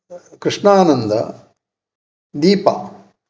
Krishnananda Deepa